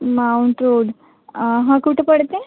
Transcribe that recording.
mount Road हा कुठे पडते